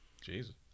Jesus